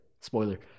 spoiler